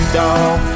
dog